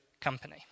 company